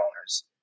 owners